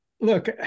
look